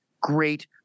great